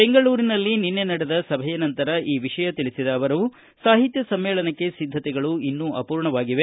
ಬೆಂಗಳೂರಿನಲ್ಲಿ ನಿನ್ನೆ ನಡೆದ ಸಭೆಯ ನಂತರ ಈ ವಿಷಯ ತಿಳಿಸಿದ ಅವರು ಸಮ್ಮೇಳನಕ್ಕೆ ಸಿದ್ದತೆಗಳು ಇನ್ನು ಅಪೂರ್ಣವಾಗಿದೆ